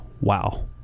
Wow